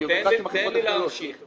תן לי לסיים את ההסבר.